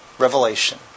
revelation